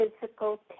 physical